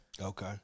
Okay